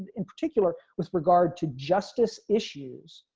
in particular with regard to justice issues.